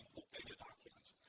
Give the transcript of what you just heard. data documents